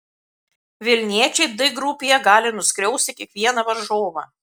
vilniečiai d grupėje gali nuskriausti kiekvieną varžovą